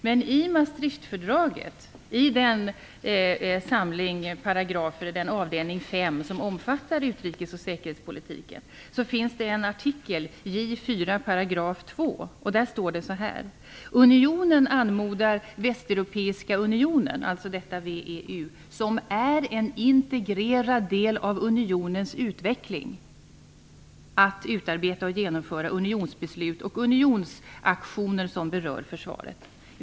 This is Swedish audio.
Men i Maastrichtfördragets avdelning 5, som omfattar utrikes och säkerhetspolitiken, står i artikel J 4 2 § så här: "Unionen anmodar Västeuropeiska unionen , som är en integrerad del av unionens utveckling, att utarbeta och genomföra unionsbeslut och unionsaktioner som berör försvaret."